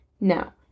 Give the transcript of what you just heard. Now